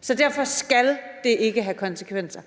så derfor skal det ikke have konsekvenser.